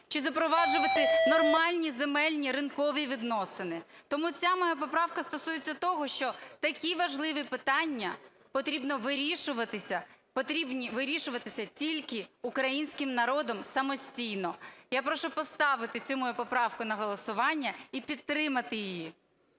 чи запроваджувати нормальні земельні ринкові відносини? Тому ця моя поправка стосується того, що такі важливі питання потрібно вирішувати, повинні вирішуватися тільки українським народом самостійно. Я прошу поставити цю мою поправку на голосування і підтримати її.